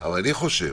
אבל אני חושב